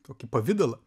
tokį pavidalą